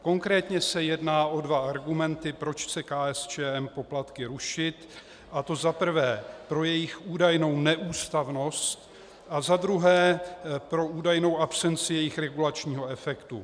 Konkrétně se jedná o dva argumenty, proč chce KSČM poplatky rušit, a to za prvé pro jejich údajnou neústavnost a za druhé pro údajnou absenci jejich regulačního efektu.